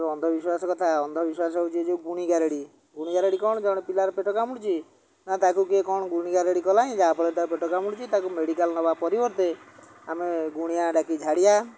ତ ଅନ୍ଧବିଶ୍ୱାସ କଥା ଅନ୍ଧବିଶ୍ୱାସ ହଉଛି ଯେଉଁ ଗୁଣି ଗାରେଡ଼ି ଗୁଣି ଗାରେଡ଼ି କ'ଣ ଜଣେ ପିଲାର ପେଟ କାମୁଡ଼ୁଛି ନା ତାକୁ କିଏ କ'ଣ ଗୁଣି ଗାରେଡ଼ି କଲାଣି ଯାହା ଫଳରେ ତା ପେଟ କାମୁଡ଼ୁଛି ତାକୁ ମେଡ଼ିକାଲ୍ ନବା ପରିବର୍ତ୍ତେ ଆମେ ଗୁଣିଆ ଡାକି ଝାଡ଼ିବା